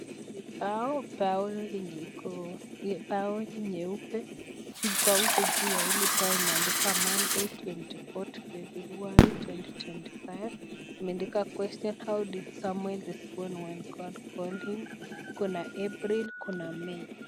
Hii ni mbao yenye iko mbao nyeupe , kwa huku juu ya mbao imeandikwa Monday 24th February 2025 imeadikwa how did Samuel respond when God called him? kuna April kuna may .